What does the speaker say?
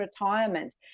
retirement